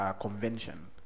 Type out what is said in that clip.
convention